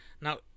Now